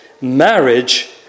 marriage